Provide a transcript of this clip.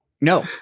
No